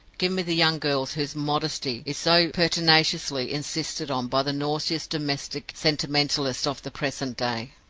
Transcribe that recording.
give me the young girls whose modesty is so pertinaciously insisted on by the nauseous domestic sentimentalists of the present day!